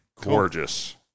Gorgeous